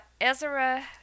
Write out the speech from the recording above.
Ezra